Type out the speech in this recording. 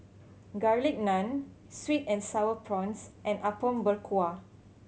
Garlic Naan sweet and Sour Prawns and Apom Berkuah